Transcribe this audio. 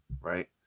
right